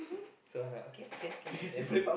so I like okay can can can